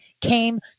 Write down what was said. came